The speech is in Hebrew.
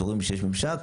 שרואים שיש ממשק,